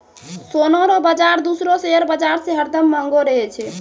सोना रो बाजार दूसरो शेयर बाजार से हरदम महंगो रहै छै